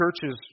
churches